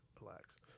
Relax